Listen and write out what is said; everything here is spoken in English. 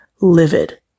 livid